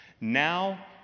now